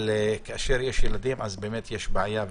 אבל כאשר יש ילדים באמת יש בעיה,